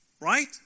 Right